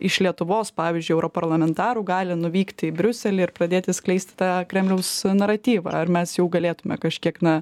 iš lietuvos pavyzdžiui europarlamentarų gali nuvykti į briuselį ir pradėti skleisti tą kremliaus naratyvą ar mes jau galėtume kažkiek na